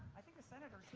i think the senator